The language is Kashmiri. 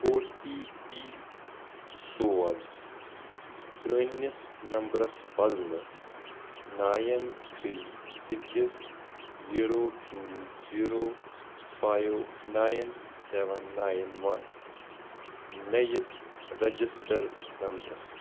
او ٹی پی سوز پرٛٲنِس نمبرَس بدلہٕ nine three six zero two zero five nine seven nine one نٔیِس رٮ۪جِسٹَر نمبرَس